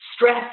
stress